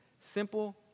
Simple